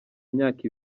imyaka